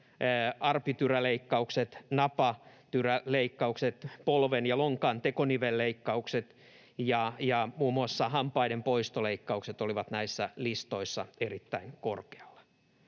arpityräleikkaukset, napatyräleikkaukset, polven ja lonkan tekonivelleikkaukset ja muun muassa hampaiden poistoleikkaukset olivat näissä listoissa erittäin korkealla.